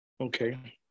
Okay